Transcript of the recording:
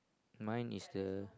mine is the